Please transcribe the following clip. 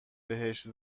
بهش